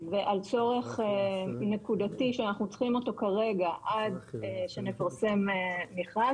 ועל צורך נקודתי שאנחנו צריכים אותו כרגע עד שנפרסם מכרז,